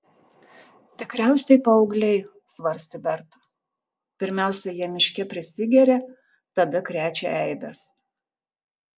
tikriausiai paaugliai svarstė berta pirmiausia jie miške prisigeria tada krečia eibes